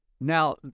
Now